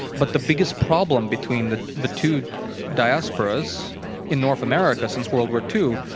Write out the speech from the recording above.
but the biggest problem between the the two diasporas in north america since world war two,